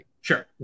Sure